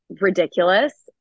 ridiculous